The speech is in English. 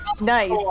Nice